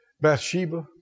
Bathsheba